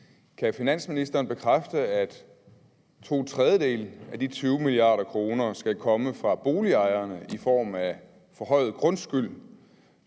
Kan finansministeren bekræfte, at to tredjedele af de 20 mia. kr. skal komme fra boligejerne i form af en forhøjet grundskyld,